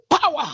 power